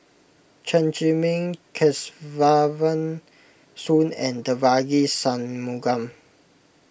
Chen Zhiming Soon and Devagi Sanmugam